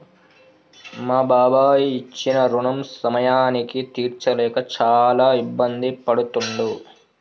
మా బాబాయి ఇచ్చిన రుణం సమయానికి తీర్చలేక చాలా ఇబ్బంది పడుతుండు